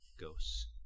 ghosts